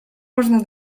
można